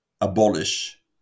abolish